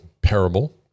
parable